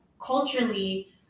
culturally